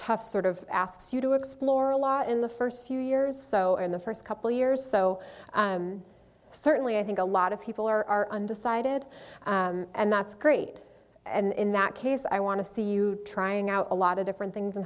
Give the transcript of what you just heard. tough sort of asks you to explore a lot in the first few years so in the first couple years so certainly i think a lot of people are undecided and that's great and in that case i want to see you trying out a lot of different things in